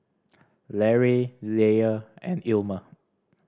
Larae Leah and Ilma